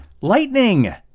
Lightning